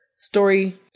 Story